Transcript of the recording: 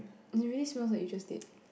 it really smells like you just did